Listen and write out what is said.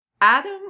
Adam